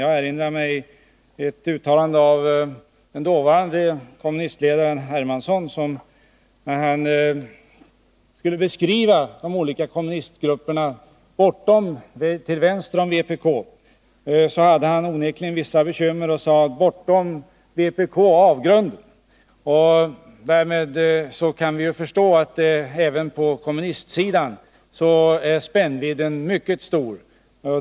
Jag erinrar mig ett uttalande av den dåvarande kommunistledaren Hermansson, som hade vissa bekymmer när han skulle beskriva de olika kommunistgrupperna bortom vpk och sade att till vänster om vpk var avgrunden. Därmed kan vi förstå att spännvidden även på kommunistsidan är mycket stor.